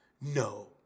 no